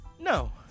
No